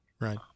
Right